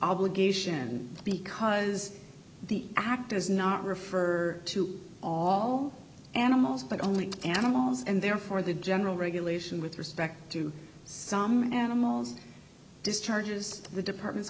obligation because the act is not refer to all animals but only animals and therefore the general regulation with respect to some animals discharges the department